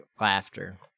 laughter